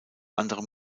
anderem